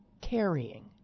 carrying